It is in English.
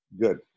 Good